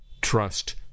Trust